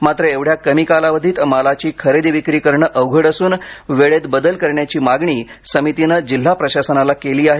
मात्र एवढ्या कमी कालावधीत मालाची खरेदी विक्री करणं अवघड असुन वेळेत बदल करण्याची मागणी समितीनं जिल्हा प्रशासनाला केली आहे